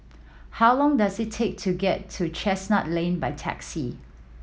how long does it take to get to Chestnut Lane by taxi